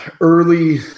early